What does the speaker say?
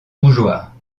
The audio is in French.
bougeoir